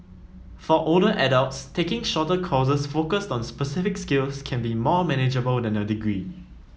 for older adults taking shorter courses focused on specific skills can be more manageable than a degree